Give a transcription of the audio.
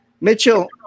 Mitchell